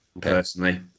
personally